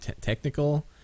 technical